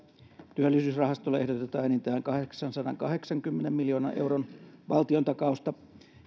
työllisyysrahastolle ehdotetaan enintään kahdeksansadankahdeksankymmenen miljoonan euron valtiontakausta